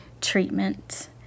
treatment